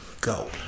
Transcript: go